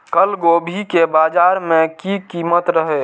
कल गोभी के बाजार में की कीमत रहे?